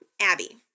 Abby